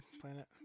planet